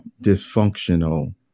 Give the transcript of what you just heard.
dysfunctional